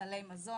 סלי מזון,